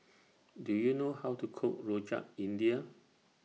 Do YOU know How to Cook Rojak India